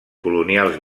colonials